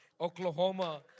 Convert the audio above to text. Oklahoma